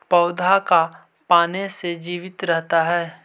पौधा का पाने से जीवित रहता है?